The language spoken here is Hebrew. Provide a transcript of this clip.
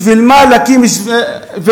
בשביל מה להקים ועדה?